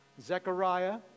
Zechariah